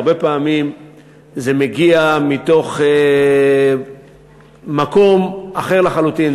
הרבה פעמים זה מגיע מתוך מקום אחר לחלוטין.